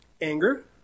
Anger